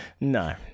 no